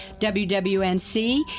WWNC